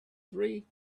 three